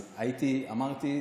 אז אמרתי,